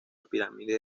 pirámide